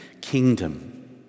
kingdom